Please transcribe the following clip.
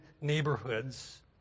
neighborhoods